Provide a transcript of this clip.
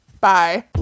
Bye